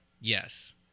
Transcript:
yes